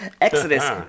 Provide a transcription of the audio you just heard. exodus